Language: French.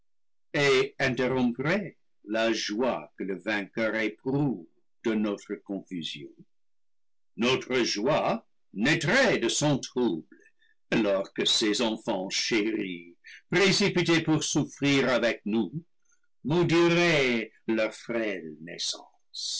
interromprait la joie que le vainqueur éprouve de notre con fusion notre joie naîtrait de son trouble alors que ses en fants chéris précipités pour souffrir avec nous maudiraient leur frêle naissance